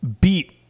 beat